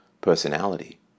personality